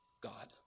God